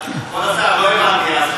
לא הבנתי.